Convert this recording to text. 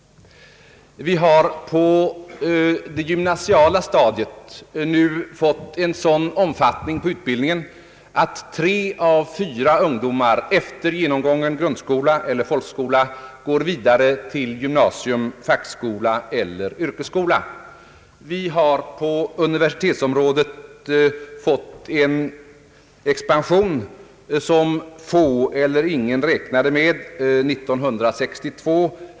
Vi har på det gymnasiala stadiet nu fått en sådan omfattning av utbildningen, att tre av fyra ungdomar efter genomgången grundskola eller folkskola går vidare till gymnasium, fackskola eller yrkesskola. Vi har på universitetsområdet fått en expansion som få eller ingen räknade med 1962.